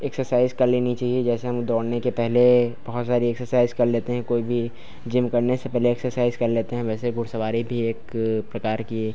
exercise कर लेनी चाहिए जैसे हम दौड़ने के पहले बहुत सारी एक्सरसाइज़ कर लेते हैं कोई भी जिम करने से पहले एक्सरसाइज़ कर लेते हैं वैसे ही घुड़सवारी भी एक प्रकार की